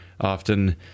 often